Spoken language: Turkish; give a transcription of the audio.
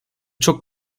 çok